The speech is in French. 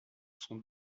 sont